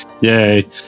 Yay